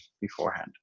beforehand